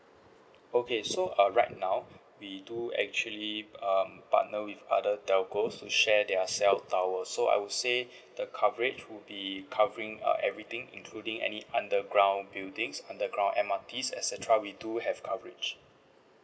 okay so uh right now we do actually um partner with other telcos to share their cell tower so I would say the coverage would be covering uh everything including any underground buildings underground M_R_Ts et cetera we do have coverage